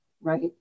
Right